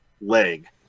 leg